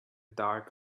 dark